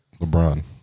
LeBron